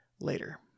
later